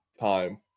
time